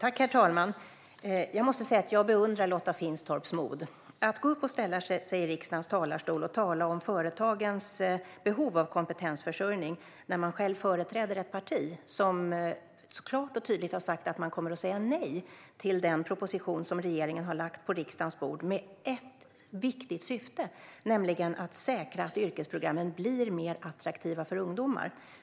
Herr talman! Jag måste säga att jag beundrar Lotta Finstorps mod att gå upp och ställa sig i riksdagens talarstol och tala om företagens behov av kompetensförsörjning när hon själv företräder ett parti som klart och tydligt har sagt att man kommer att säga nej till den proposition som regeringen har lagt på riksdagens bord med ett viktigt syfte, nämligen att säkra att yrkesprogrammen blir mer attraktiva för ungdomar.